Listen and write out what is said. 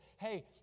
hey